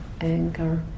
anger